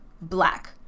black